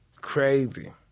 Crazy